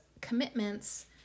commitments